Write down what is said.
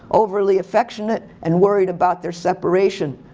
overly affectionate, and worried about their separation.